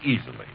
easily